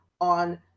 on